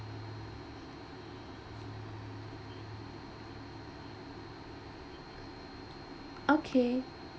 okay